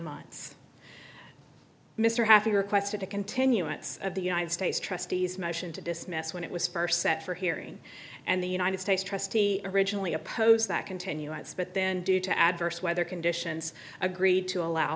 months mr having requested a continuance of the united states trustees motion to dismiss when it was first set for hearing and the united states trustee originally opposed that continuance but then due to adverse weather conditions agreed to allow